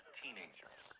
teenagers